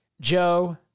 Joe